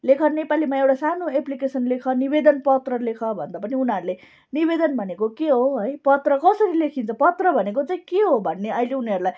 लेख नेपालीमा एउटा सानो एप्लिकेसन लेख निवेदन पत्र लेख भन्दा पनि उनीहरूले निवेदन भनेको के हो है पत्र कसरी लेखिन्छ पत्र भनेको चाहिँ के हो भन्ने अहिले उनीहरूलाई